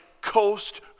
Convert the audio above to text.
coast